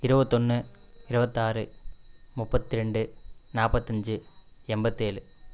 இருபத்தொன்னு இருபத்தாறு முப்பத் ரெண்டு நாற்பத்தஞ்சி எண்பத்தேழு